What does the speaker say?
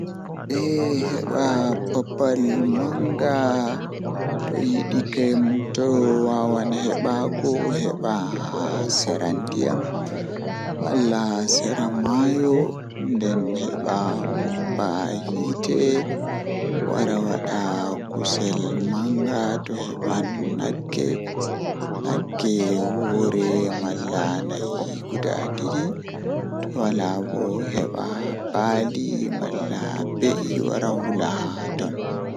Saare jei mi burdaa yiduki janjum woni saare manga jei woni haa apatmenji mallaa mi wiya cudi-cudi duddi haander bana guda noogas ngam mi yidi min be bandiraabe am pat min wona haa nder kala komoi fuu don wondi be iyaalu mum haa nder saare man.